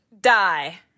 die